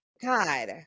God